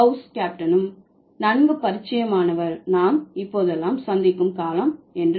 house கேப்டனும் நன்கு பரிச்சயமானவர் நாம் இப்போதெல்லாம் சந்திக்கும் காலம் என்று